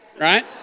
right